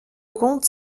comte